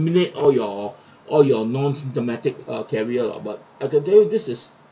eliminate all your all your non-symptomatic uh carrier lah but uh that day this is